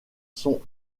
sont